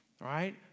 right